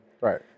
Right